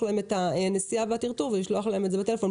להם את הנסיעה והטרטור ולשלוח להם את זה בטלפון.